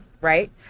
right